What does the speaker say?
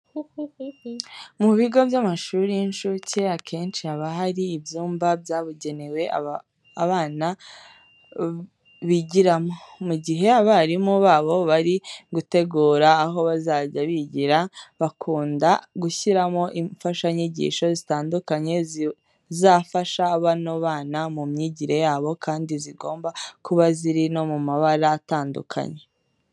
Mu bigo by'amashuri y'incuke akenshi haba hari ibyumba byabugenewe aba bana bigiramo. Mu gihe abarimu babo bari gutegura aho bazajya bigira, bakunda gushyiramo imfashanyigisho zitandukanye zizafasha bano bana mu myigire yabo, kandi zigomba kuba ziri no mu mabara atandukanye.